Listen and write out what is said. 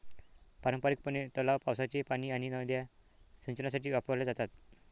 पारंपारिकपणे, तलाव, पावसाचे पाणी आणि नद्या सिंचनासाठी वापरल्या जातात